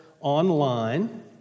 online